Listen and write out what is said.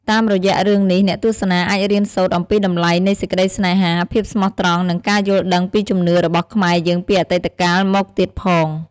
តាមរយៈរឿងនេះ អ្នកទស្សនាអាចរៀនសូត្រអំពីតម្លៃនៃសេចក្តីស្នេហា ភាពស្មោះត្រង់ និងការយល់ដឹងពីជំនឿរបស់ខ្មែរយើងពីអតិតកាលមកទៀតផង។